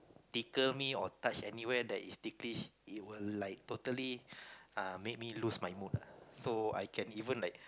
tickle me or touch anywhere that is ticklish it will like totally uh make me lose my mood uh so I can even like